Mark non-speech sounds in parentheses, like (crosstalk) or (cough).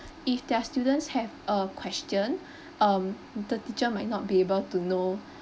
if their students have a question (breath) um the teacher might not be able to know (breath)